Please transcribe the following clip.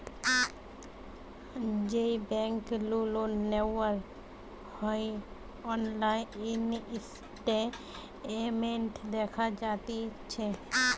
যেই বেংক নু লোন নেওয়া হয়অনলাইন স্টেটমেন্ট দেখা যাতিছে